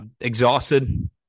exhausted